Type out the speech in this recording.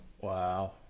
Wow